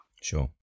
Sure